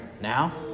now